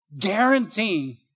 guaranteeing